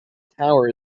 tower